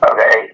Okay